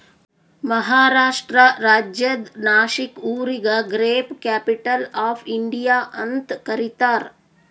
ಮಹಾರಾಷ್ಟ್ರ ರಾಜ್ಯದ್ ನಾಶಿಕ್ ಊರಿಗ grape capital of India ಅಂತ್ ಕರಿತಾರ್